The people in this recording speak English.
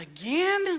again